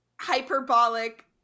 hyperbolic